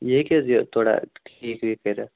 یہِ ہٮ۪کہِ حظ تھوڑا ٹھیٖک ویٖک کٔرِتھ